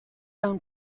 own